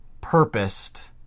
purposed